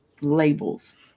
labels